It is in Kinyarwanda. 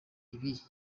ibihe